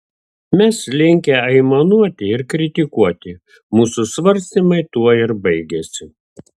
mes linkę aimanuoti ir kritikuoti mūsų svarstymai tuo ir baigiasi